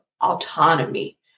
autonomy